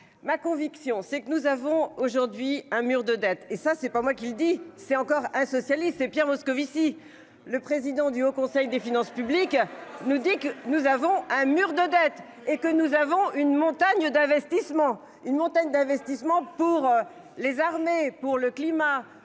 Ma conviction, c'est que nous avons aujourd'hui un mur de dettes et ça c'est pas moi qui le dis, c'est encore un socialiste et Pierre Moscovici. Le président du Haut Conseil des finances publiques nous dit que nous avons un mur de dettes et que nous avons une montagne d'investissement une montagne d'investissement pour les armées pour le climat.